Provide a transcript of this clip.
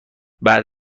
بعد